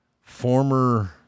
former